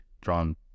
drawn